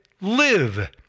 live